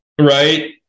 Right